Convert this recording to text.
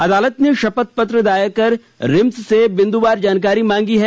अदालत ने शपथ पत्र दायर कर रिम्स से बिंदुवार जानकारी मांगी है